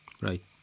Right